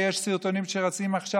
ויש סרטונים שרצים עכשיו,